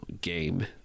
game